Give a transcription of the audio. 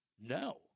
no